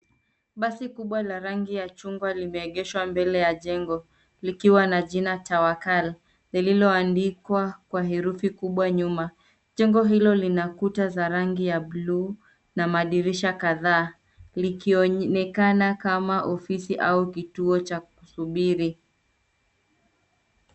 Basi kubwa la rangi ya chungwa limeegeshwa mbele ya jengo likiwa na jina Tawakal lililoandikwa kwa herufi kubwa nyuma. Jengo hilo lina kuta za rangi ya blue na madirisha kadhaa likionekana kama ofisi au kituo cha kusubiri.